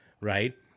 right